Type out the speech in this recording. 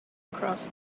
across